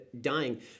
dying